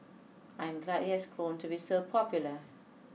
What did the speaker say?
I'm glad it has grown to be so popular